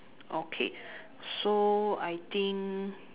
okay so I think